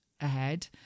ahead